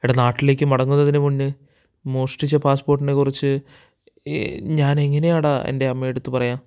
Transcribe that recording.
എടാ നാട്ടിലേയ്ക്ക് മടങ്ങുന്നതിന് മുന്നെ മോഷ്ടിച്ച പാസ്പോര്ട്ടിനെ കുറിച്ച് ഞാനെങ്ങനെയാടാ എന്റെ അമ്മയുടെയടുത്തു പറയുക